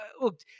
Look